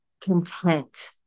content